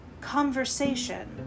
conversation